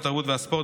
התרבות והספורט,